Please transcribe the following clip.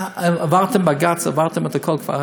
עברתם בג"ץ, עברתם כבר את הכול.